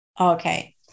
Okay